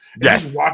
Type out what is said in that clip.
Yes